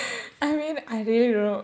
I mean I really don't know